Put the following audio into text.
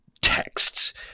texts